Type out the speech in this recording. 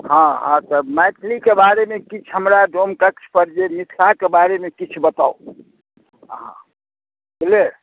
हॅं अहाँ सॅं मैथिली के बारे मे किछु हमरा डोमकच्छ पर जे मिथिला के बारे मे किछु बताऊ हॅं बुझलियै